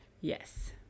Yes